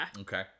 Okay